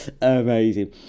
Amazing